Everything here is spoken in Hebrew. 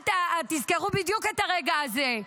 תזכרו בדיוק את הרגע הזה.